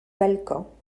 balkans